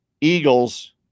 Eagles